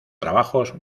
trabajos